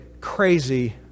crazy